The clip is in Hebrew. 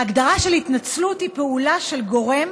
ההגדרה של התנצלות היא פעולה של גורם